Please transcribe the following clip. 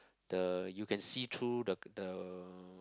the you can see through the the